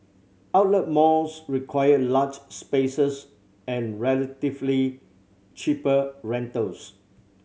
outlet malls require large spaces and relatively cheaper rentals